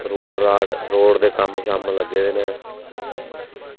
road दे कम्म लग्गे दे न